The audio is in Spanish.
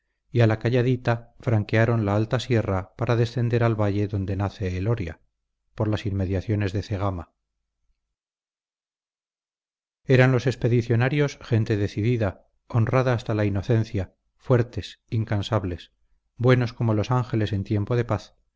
a la calladita franquearon la alta sierra para descender al valle donde nace el oria por las inmediaciones de cegama eran los expedicionarios gente decidida honrada hasta la inocencia fuertes incansables buenos como los ángeles en tiempo de paz